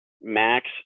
Max